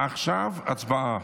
עכשיו הצבעה.